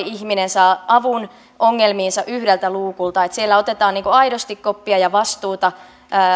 ihminen saa avun ongelmiinsa yhdeltä luukulta että siellä otetaan aidosti koppia ja vastuuta